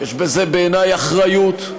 יש בזה, בעיני, אחריות.